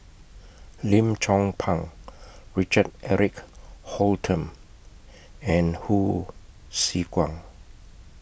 Lim Chong Pang Richard Eric Holttum and Hsu Tse Kwang